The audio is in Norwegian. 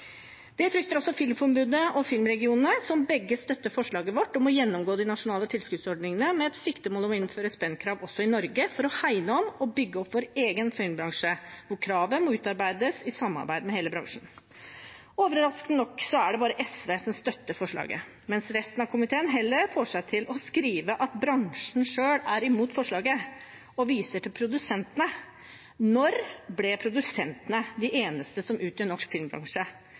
Det frykter også Filmforbundet og filmregionene, som støtter forslaget vårt om å gjennomgå de nasjonale tilskuddsordningene med siktemål om å innføre spendkrav også i Norge for å hegne om og bygge opp vår egen filmbransje, hvor kravet må utarbeides i samarbeid med hele bransjen. Overraskende nok er det bare SV som støtter forslaget, mens resten av komiteen heller får seg til å skrive at bransjen selv er imot forslaget, og viser til produsentene. Når ble produsentene de eneste som utgjør norsk filmbransje?